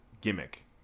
gimmick